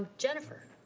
jennifer.